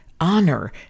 honor